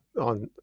on